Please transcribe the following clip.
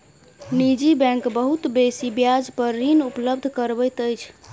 निजी बैंक बहुत बेसी ब्याज पर ऋण उपलब्ध करबैत अछि